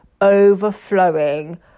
overflowing